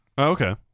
Okay